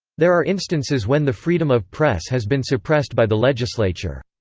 there are instances when the freedom of press has been suppressed by the legislature.